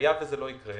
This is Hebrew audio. היה וזה לא יקרה,